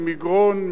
ממגרון,